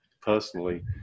personally